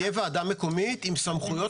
תהיה ועדה מקומית עם סמכויות.